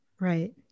Right